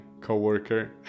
co-worker